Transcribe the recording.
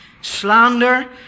slander